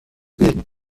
bilden